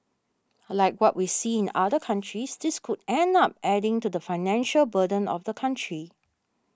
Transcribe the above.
like what we see in other countries this could end up adding to the financial burden of the country